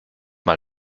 mal